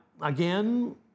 again